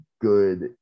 good